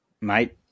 mate